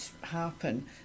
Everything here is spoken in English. happen